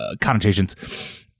connotations